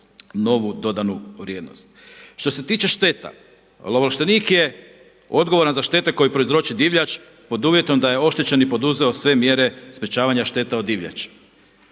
novu dodanu vrijednost. Što se tiče šteta ovlaštenik je odgovoran za štete koje prouzroči divljač pod uvjetom da je oštećen poduzeo sve mjere sprječavanja šteta od divljači.